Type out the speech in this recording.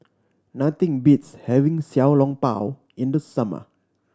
nothing beats having Xiao Long Bao in the summer